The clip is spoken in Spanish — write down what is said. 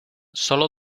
solo